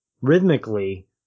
rhythmically